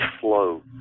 flow